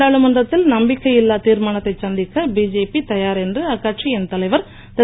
நாடாளுமன்றத்தில் நம்பிக்கை இல்லாத் தீர்மானத்தை சந்திக்க பிஜேபி தயார் என்று அக்கட்சியின் தலைவர் திரு